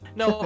no